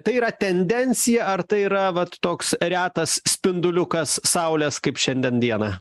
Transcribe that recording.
tai yra tendencija ar tai yra vat toks retas spinduliukas saulės kaip šiandien dieną